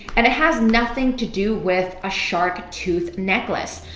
and it has nothing to do with a shark tooth necklace.